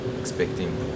expecting